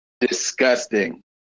Disgusting